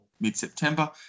mid-September